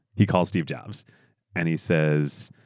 he calls steve jobs and he says,